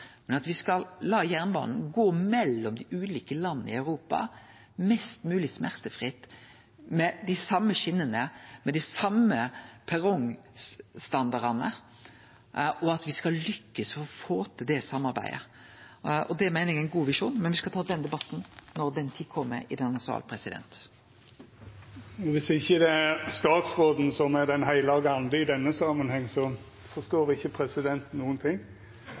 men at me skal la jernbanen gå mellom dei ulike landa i Europa mest mogleg smertefritt, med dei same skjenene, med dei same perrongstandardane, og at me skal lykkast med å få til det samarbeidet. Det meiner eg er ein god visjon, men me skal ta den debatten i denne salen når den tida kjem. Viss ikkje det er statsråden som er den heilage ande i denne samanhengen, forstår ikkje